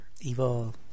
Evil